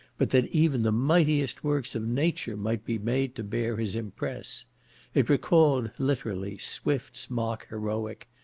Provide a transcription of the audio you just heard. but that even the mightiest works of nature might be made to bear his impress it recalled, literally, swift's mock heroic,